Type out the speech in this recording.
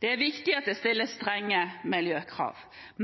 Det er viktig at det stilles strenge miljøkrav.